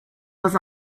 was